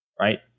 right